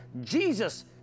Jesus